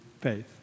faith